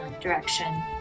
direction